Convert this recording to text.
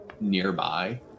nearby